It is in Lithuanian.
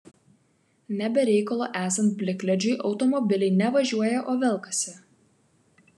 ne be reikalo esant plikledžiui automobiliai ne važiuoja o velkasi